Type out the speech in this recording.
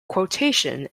quotation